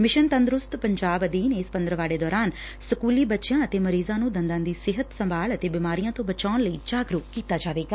mission Tandarust Punjab ਅਧੀਨ ਇਸ ਪੰਦਰਵਾੜੇ ਦੌਰਾਨ ਸਕੁਲੀ ਬੱਚਿਆਂ ਅਤੇ ਮਰੀਜ਼ਾਂ ਨੂੰ ਦੰਦਾਂ ਦੀ ਸਿਹਤ ਸੰਭਾਲ ਅਤੇ ਬਿਮਾਰੀਆਂ ਤੋਂ ਬਚਾਊਣ ਲਈ ਜਾਗਰੁਕਤ ਕੀਤਾ ਜਾਵੇਗਾ